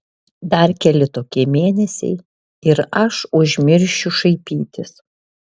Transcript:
dar keli tokie mėnesiai ir aš užmiršiu šaipytis